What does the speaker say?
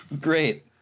Great